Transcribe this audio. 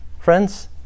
Friends